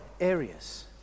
areas